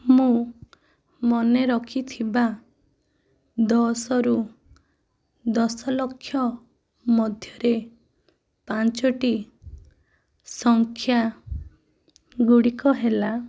ମୁଁ ମନେ ରଖିଥିବା ଦଶରୁ ଦଶଲକ୍ଷ ମଧ୍ୟରେ ପାଞ୍ଚଟି ସଂଖ୍ୟାଗୁଡିକ ହେଲା